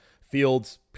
Fields